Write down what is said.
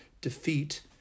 defeat